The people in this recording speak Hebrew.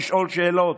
לשאול שאלות,